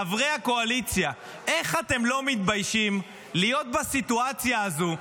חברי הקואליציה: איך אתם לא מתביישים להיות בסיטואציה הזאת,